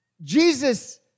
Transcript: Jesus